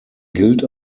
gilt